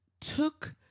took